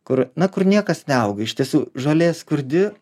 kur na kur niekas neauga iš tiesų žolė skurdi